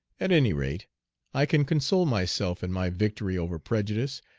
at any rate i can console myself in my victory over prejudice,